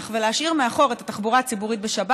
ולהשאיר מאחור את התחבורה הציבורית,